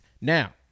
Now